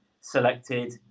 selected